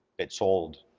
it sold,